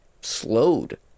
slowed